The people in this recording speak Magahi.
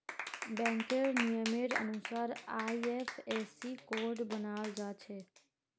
बैंकेर नियमेर अनुसार आई.एफ.एस.सी कोड बनाल जाछे